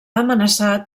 amenaçat